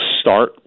start